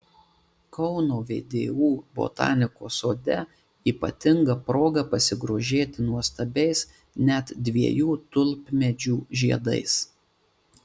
kauno vdu botanikos sode ypatinga proga pasigrožėti nuostabiais net dviejų tulpmedžių žiedais